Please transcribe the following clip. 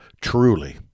truly